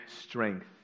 strength